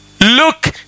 Look